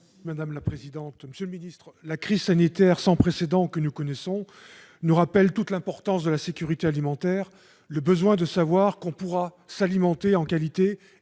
Madame la présidente, monsieur le ministre, mes chers collègues, la crise sanitaire sans précédent que nous connaissons nous rappelle toute l'importance de la sécurité alimentaire et du besoin de savoir que l'on pourra s'alimenter en qualité et quantité